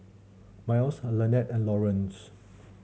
Myles Lanette and Lawrence